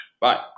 Bye